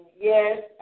yes